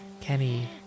Kenny